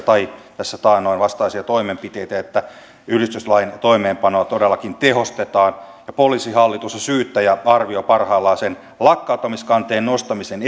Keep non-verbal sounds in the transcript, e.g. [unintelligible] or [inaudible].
[unintelligible] tai tässä taannoin osana sen ääriliikkeiden vastaisia toimenpiteitä että yhdistyslain toimeenpanoa todellakin tehostetaan ja poliisihallitus ja syyttäjä arvioivat parhailleen sen lakkauttamiskanteen nostamisen [unintelligible]